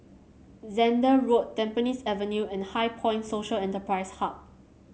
Zehnder Road Tampines Avenue and HighPoint Social Enterprise Hub